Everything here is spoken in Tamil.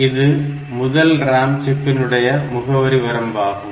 இது முதல் RAM சிப்புடைய முகவரி வரம்பு ஆகும்